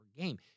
game